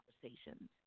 conversations